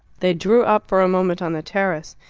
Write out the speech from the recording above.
they drew up for a moment on the terrace.